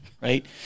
right